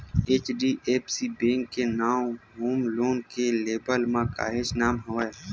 HDFC bank के नांव home loan के लेवब म काहेच नांव हवय